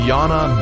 Yana